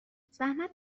زحمت